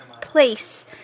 place